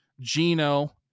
Gino